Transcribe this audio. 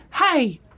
hey